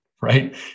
right